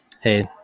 hey